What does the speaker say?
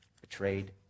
betrayed